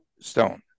Stone